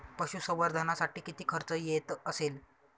पशुसंवर्धनासाठी किती खर्च येत असेल?